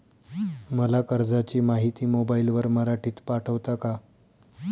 मला कर्जाची माहिती मोबाईलवर मराठीत पाठवता का?